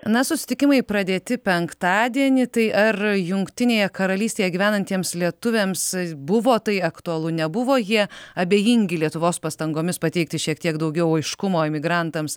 na susitikimai pradėti penktadienį tai ar jungtinėje karalystėje gyvenantiems lietuviams buvo tai aktualu nebuvo jie abejingi lietuvos pastangomis pateikti šiek tiek daugiau aiškumo emigrantams